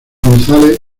gonzález